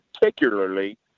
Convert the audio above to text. particularly